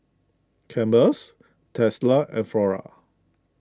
Campbell's Tesla and Flora